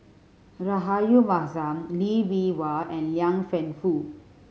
Rahayu Mahzam Lee Bee Wah and Liang Wenfu